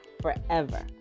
forever